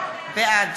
בעד